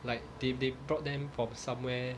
like they they brought them from somewhere